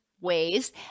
ways